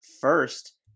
first